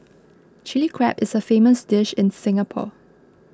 Chilli Crab is a famous dish in Singapore